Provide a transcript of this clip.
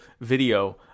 video